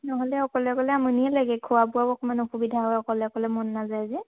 নহ'লে অকলে অকলে আমনিয়ে লাগে খোৱা বোৱাও অকণমান অসুবিধা হয় অকলে অকলে মন নাযায় যে